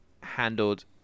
handled